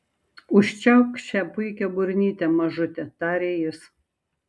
užčiaupk šią puikią burnytę mažute tarė jis